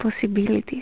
possibilities